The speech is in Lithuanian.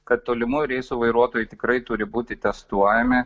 kad tolimųjų reisų vairuotojai tikrai turi būti testuojami